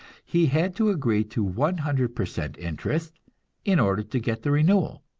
he had to agree to one hundred per cent interest in order to get the renewal.